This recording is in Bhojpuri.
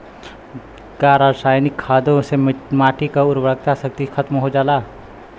का रसायनिक खादों से माटी क उर्वरा शक्ति खतम हो जाला?